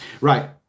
Right